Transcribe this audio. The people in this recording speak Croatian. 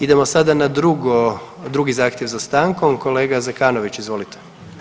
Idemo sada na drugo, drugi zahtjev za stankom, kolega Zekanović, izvolite.